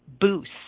boost